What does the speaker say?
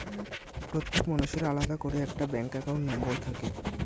প্রত্যেক মানুষের আলাদা করে একটা ব্যাঙ্ক অ্যাকাউন্ট নম্বর থাকে